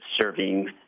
serving